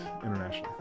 internationally